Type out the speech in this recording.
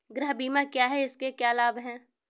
गृह बीमा क्या है इसके क्या लाभ हैं?